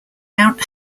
mount